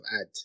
add